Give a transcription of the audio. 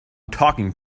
talking